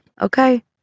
Okay